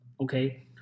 okay